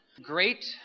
Great